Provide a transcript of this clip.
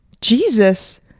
Jesus